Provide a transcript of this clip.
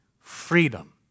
freedom